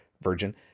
virgin